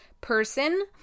person